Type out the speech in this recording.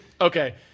Okay